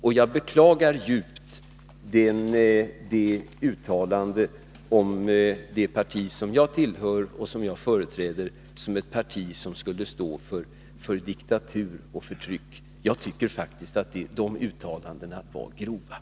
Och jag beklagar djupt uttalandet om att det parti som jag tillhör och företräder skulle stå för diktatur och förtryck. Jag tycker faktiskt att de uttalandena var grova.